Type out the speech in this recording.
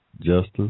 justice